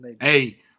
Hey